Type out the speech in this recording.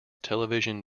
television